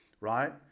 right